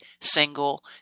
single